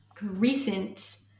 recent